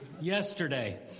yesterday